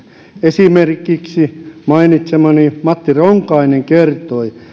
esimerkiksi mainitsemani matti ronkainen kertoi